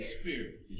Spirit